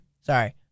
sorry